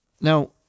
Now